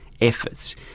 efforts